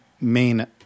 main